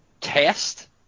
test